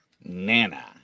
Nana